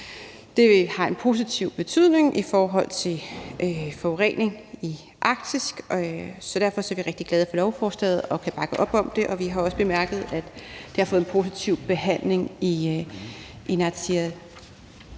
Det har en positiv betydning i forhold til forurening i Arktis, så derfor er vi rigtig glade for lovforslaget og kan bakke op om det. Vi har også bemærket, at det har fået en positiv behandling i det